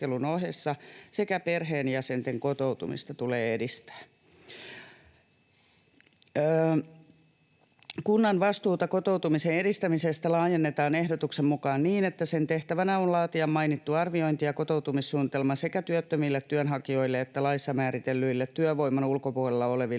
sekä perheenjäsenten kotoutumista tulee edistää. Kunnan vastuuta kotoutumisen edistämisestä laajennetaan ehdotuksen mukaan niin, että sen tehtävänä on laatia mainittu arviointi ja kotoutumissuunnitelma sekä työttömille työnhakijoille että laissa määritellyille, työvoiman ulkopuolella oleville